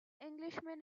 englishman